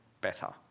better